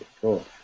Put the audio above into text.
cool